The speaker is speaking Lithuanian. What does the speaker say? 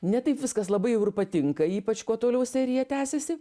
ne taip viskas labai jau ir patinka ypač kuo toliau serija tęsiasi